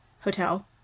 hotel